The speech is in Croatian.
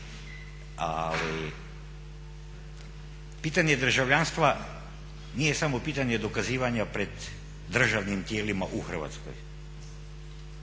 Ali pitanje državljanstva nije samo pitanje dokazivanje pred državnim tijelima u Hrvatskoj.